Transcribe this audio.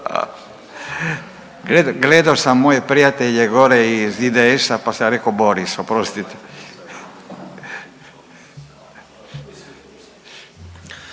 Gledao sam moje prijatelje gore iz IDS pa sam rekao Boris oprostite.